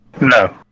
No